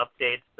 updates